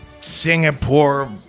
Singapore